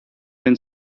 win